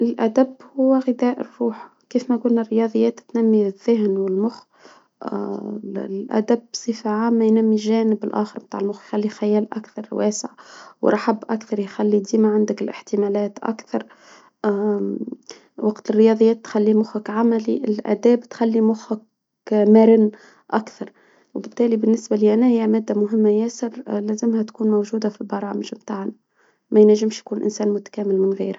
الأدب هو غذاء الروح، كيفما قلنا الرياضيات تنمي الذهن والمخ الأدب بصفة عامة ينمي الجانب الآخر بتاع المخ يخلي له خيال أكثر واسع، ورحب أكثر يخلي ديما عندك الإحتمالات أكثر، وقت الرياضيات تخلي مخك عملي، الأداب تخلي مخك مرن أكثر، وبالتالي بالنسبة لي انا هي مادة مهمة ياسرلازمها تكون موجودة في البرامج إبتاعنا، ما ينجمش يكون إنسان متكامل من غيرها.